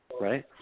Right